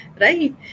right